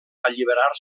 alliberar